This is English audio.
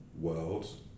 world